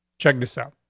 check this out.